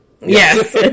Yes